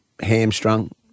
hamstrung